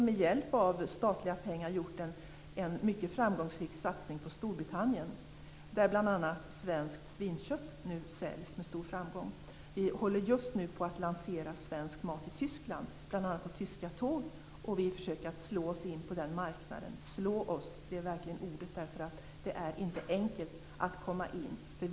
Med hjälp av statliga pengar har vi gjort en mycket framgångsrik satsning på Storbritannien, där bl.a. svenskt svinkött säljs med stor framgång. Vi håller just nu på att lansera svensk mat i Tyskland, bl.a. på tyska tåg, och vi försöker att slå oss in på den marknaden. Slå oss in är verkligen ordet, därför att det inte är enkelt att komma in där.